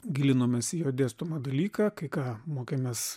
gilinomės į jo dėstomą dalyką kai ką mokėmės